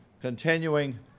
continuing